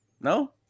No